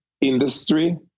industry